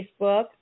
Facebook